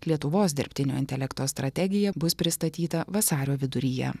lietuvos dirbtinio intelekto strategija bus pristatyta vasario viduryje